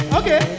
okay